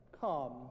Come